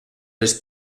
les